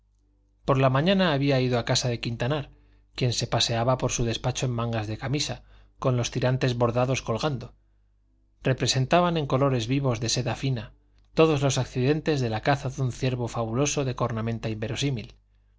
por la mañana había ido a casa de quintanar quien se paseaba por su despacho en mangas de camisa con los tirantes bordados colgando representaban en colores vivos de seda fina todos los accidentes de la caza de un ciervo fabuloso de cornamenta inverosímil